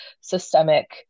systemic